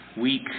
week